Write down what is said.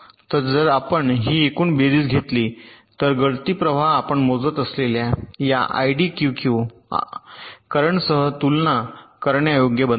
तर जर आपण ही एकूण बेरीज घेतली तर गळती प्रवाह आपण मोजत असलेल्या या आयडीडीक्यू करंटसह तुलना करण्यायोग्य बनतात